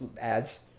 Ads